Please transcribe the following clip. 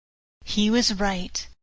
he was right.